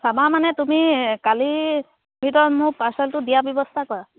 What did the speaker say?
চাবা মানে তুমি কালিৰ ভিতৰত মোৰ পাৰ্চেলটো দিয়া ব্যৱস্থা কৰা